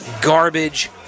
garbage